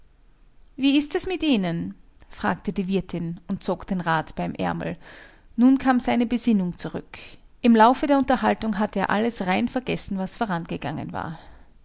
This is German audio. wie ist es mit ihnen fragte die wirtin und zog den rat beim ärmel nun kam seine besinnung zurück im laufe der unterhaltung hatte er alles rein vergessen was vorangegangen war